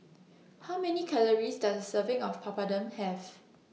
How Many Calories Does A Serving of Papadum Have